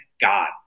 God